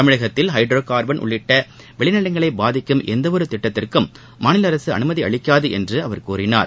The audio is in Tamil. தமிழகத்தில் ஹைட்ரோ கார்பன் உள்ளிட்ட விளைநிலங்களை பாதிக்கும் எந்தவொரு திட்டத்திற்கும் மாநில அரசு அனுமதி அளிக்காது என்று அவர் கூறினார்